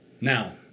now